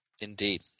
Indeed